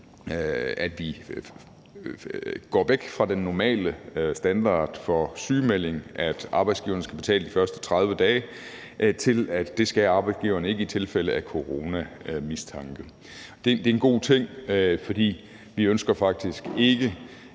går vi væk fra den normale standard for sygemelding, nemlig at arbejdsgiveren skal betale de første 30 dage, til, at det skal arbejdsgiveren ikke i tilfælde af mistanke om corona. Det er en god ting, for vi ønsker faktisk ikke,